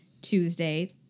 tuesday